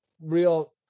real